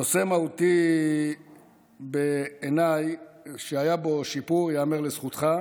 נושא מהותי בעיניי שהיה בו שיפור, ייאמר לזכותך,